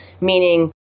meaning